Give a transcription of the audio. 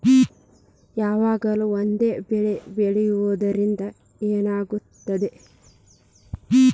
ಯಾವಾಗ್ಲೂ ಒಂದೇ ಬೆಳಿ ಬೆಳೆಯುವುದರಿಂದ ಏನ್ ಆಗ್ತದ?